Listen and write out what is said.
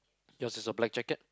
yours is a black jacket